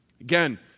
Again